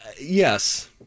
yes